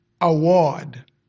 award